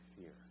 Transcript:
fear